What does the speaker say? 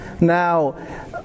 Now